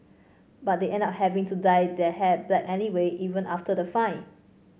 but they end up having to dye their hair black anyway even after the fine